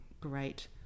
great